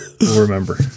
Remember